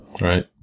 right